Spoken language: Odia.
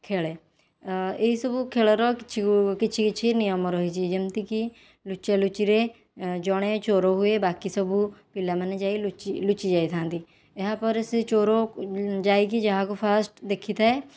ଖେଳେ ଏହିସବୁ ଖେଳର କିଛି କିଛି କିଛିି ନିୟମ ରହିଛି ଯେମିତି କି ଲୁଚା ଲୁଚିରେ ଜଣେ ଚୋର ହୁଏ ବାକି ସବୁ ପିଲାମାନେ ଯାଇ ଲୁଚି ଯାଇଥାନ୍ତି ଏହାପରେ ସେ ଚୋର ଯାଇକି ଯାହାକୁ ଫାଷ୍ଟ ଦେଖିଥାଏ